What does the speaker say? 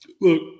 look